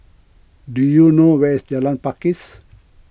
do you know where is Jalan Pakis